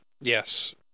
Yes